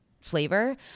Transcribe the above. flavor